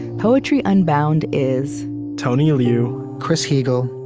poetry unbound is tony liu, chris heagle,